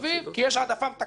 כי יש העדפה מתקנת.